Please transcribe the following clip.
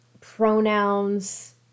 pronouns